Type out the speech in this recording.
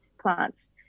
plants